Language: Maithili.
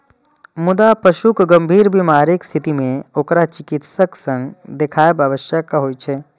मुदा पशुक गंभीर बीमारीक स्थिति मे ओकरा चिकित्सक सं देखाएब आवश्यक होइ छै